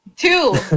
Two